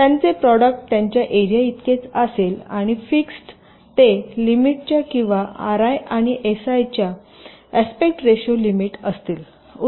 त्यांचे प्रॉडक्ट त्यांच्या एरियाइतकेच असेल आणि फिक्स्डच ते लिमिटच्या किंवा ri आणि si या आस्पेक्ट रेशो लिमिट असतील